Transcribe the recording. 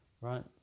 right